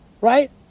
right